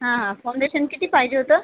हां हां फाऊंडेशन किती पाहिजे होतं